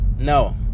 No